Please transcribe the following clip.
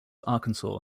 arkansas